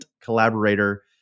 collaborator